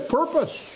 purpose